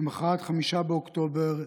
למוחרת, 5 באוקטובר,